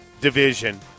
division